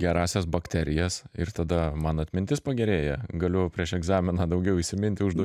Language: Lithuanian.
gerąsias bakterijas ir tada man atmintis pagerėja galiu prieš egzaminą daugiau įsiminti užduo